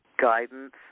guidance